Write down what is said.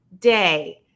day